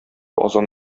азан